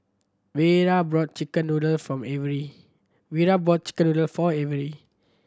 Vera brought chicken noodles from Averi Vera brought chicken noodles for Averi